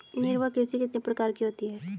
निर्वाह कृषि कितने प्रकार की होती हैं?